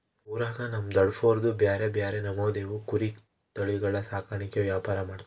ಊರಾಗ ನಮ್ ದೊಡಪ್ನೋರ್ದು ಬ್ಯಾರೆ ಬ್ಯಾರೆ ನಮೂನೆವು ಕುರಿ ತಳಿಗುಳ ಸಾಕಾಣಿಕೆ ವ್ಯಾಪಾರ ಮಾಡ್ತಾರ